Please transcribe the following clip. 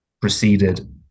proceeded